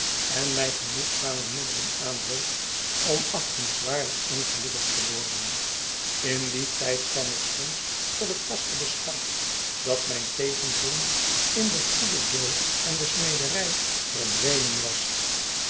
en mij genoegzame middeien aanbood om achtingswaardig en gelukkig te worden in dien tijd kwam ik soms tot het vaste besluit dat mijn tegenzin in den goeden jo en desmederij verdwenen was